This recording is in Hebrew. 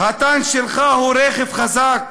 הטנק שלך הוא רכב חזק,